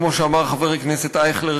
כפי שאמר חבר הכנסת אייכלר,